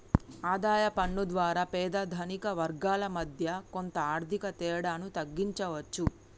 ఆదాయ పన్ను ద్వారా పేద ధనిక వర్గాల మధ్య కొంత ఆర్థిక తేడాను తగ్గించవచ్చు